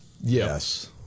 yes